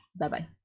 Bye-bye